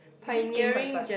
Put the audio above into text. eh this game quite fun